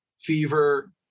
fever